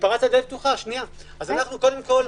קודם כל,